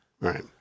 Right